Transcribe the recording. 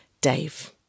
Dave